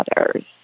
others